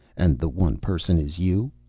and the one person is you.